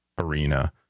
arena